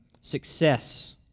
success